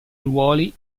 ruoli